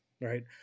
Right